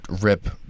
rip